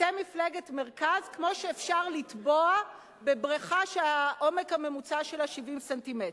אתם מפלגת מרכז כמו שאפשר לטבוע בבריכה שהעומק הממוצע שלה 70 סנטימטר.